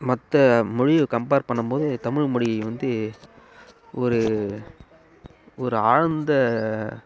மற்ற மொழியை கம்பேர் பணணும்போது தமிழ்மொழி வந்து ஒரு ஒரு ஆழ்ந்த